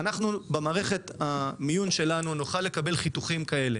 במערכת המיון שלנו נוכל לקבל חיתוכים כאלה